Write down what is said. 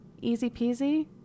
Easy-peasy